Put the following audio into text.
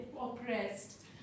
oppressed